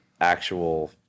actual